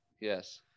Yes